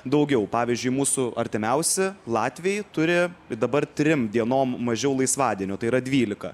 daugiau pavyzdžiui mūsų artimiausi latviai turi dabar trim dienom mažiau laisvadienių tai yra dvylika